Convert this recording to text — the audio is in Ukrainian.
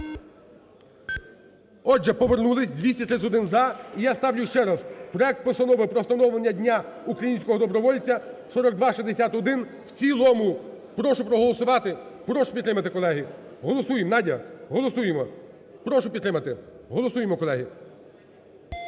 Отже, повернулись: 231 – "за". І я ставлю ще раз проект Постанови про встановлення Дня українського добровольця 4261 в цілому. Прошу проголосувати. Прошу підтримати, колеги! Голосуємо, Надя. Голосуємо, прошу підтримати. Голосуємо, колеги!